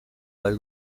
dal